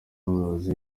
n’umuyobozi